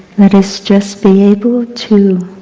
let us just be able to